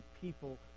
people